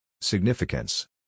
Significance